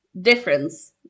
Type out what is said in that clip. difference